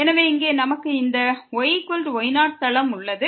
எனவே இங்கே நமக்கு இந்த yy0 தளம் உள்ளது